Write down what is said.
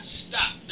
stop